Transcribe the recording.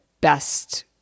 best